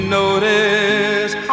notice